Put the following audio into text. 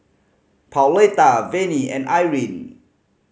Pauletta Venie and Irine